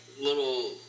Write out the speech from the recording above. little